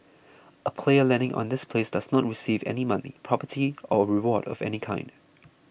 a player landing on this place does not receive any money property or reward of any kind